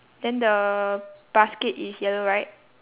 then the basket is yellow right